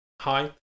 Hi